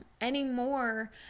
anymore